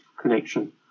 connection